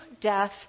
death